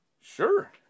sure